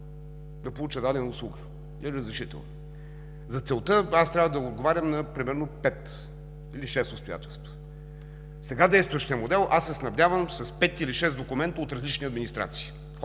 да получа дадена услуга или разрешително. За целта аз трябва да отговарям на примерно пет или шест обстоятелства. По сега действащия модел аз се снабдявам с пет или шест документа от различни администрации.